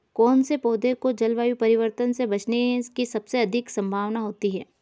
कौन से पौधे को जलवायु परिवर्तन से बचने की सबसे अधिक संभावना होती है?